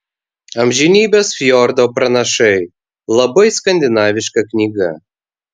amžinybės fjordo pranašai labai skandinaviška knyga